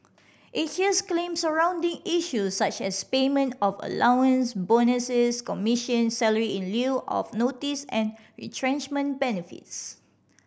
it hears claims surrounding issues such as payment of allowance bonuses commissions salary in lieu of notice and retrenchment benefits